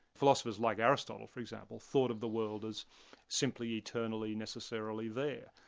philosophers like aristotle, for example, thought of the world as simply eternally, necessarily there.